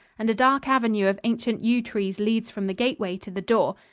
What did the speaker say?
and a dark avenue of ancient yew trees leads from the gateway to the door.